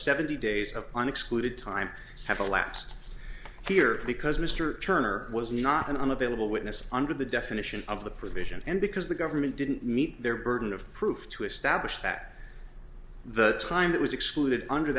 seventy days of an excluded time have elapsed here because mr turner was not in unavailable witness under the definition of the provision and because the government didn't meet their burden of proof to establish that the time that was excluded under